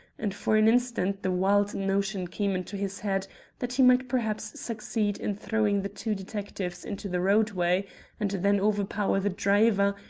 and for an instant the wild notion came into his head that he might perhaps succeed in throwing the two detectives into the roadway and then overpower the driver,